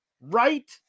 Right